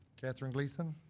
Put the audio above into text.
katherine gleason.